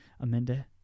Amanda